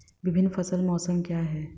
विभिन्न फसल मौसम क्या हैं?